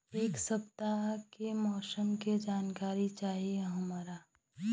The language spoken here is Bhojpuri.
एक सपताह के मौसम के जनाकरी चाही हमरा